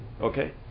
okay